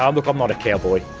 um look, i'm not a cowboy,